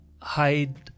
hide